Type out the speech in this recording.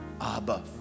Abba